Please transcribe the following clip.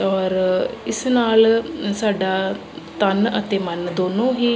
ਔਰ ਇਸ ਨਾਲ ਸਾਡਾ ਤਨ ਅਤੇ ਮਨ ਦੋਨੋ ਹੀ